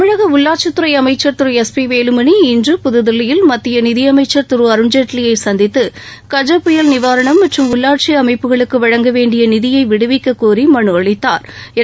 தமிழக உள்ளாட்சித்துறை அமைச்சா் திரு எஸ் பி வேலுமணி இன்று புதுதில்லியில் மத்திய நிதி அமைச்சா் திரு அருண்ஜேட்லியை சந்தித்து கஜ புயல் நிவாரணம் மற்றும் உள்ளாட்சி அமைப்புகளுக்கு வழங்க வேண்டிய நிதியை விடுவிக்கக் கோரி மனு அளித்தாா்